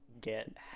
get